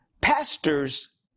Pastors